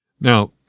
Now-